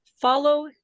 follow